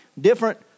different